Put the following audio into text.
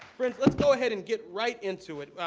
friends, let's go ahead and get right into it.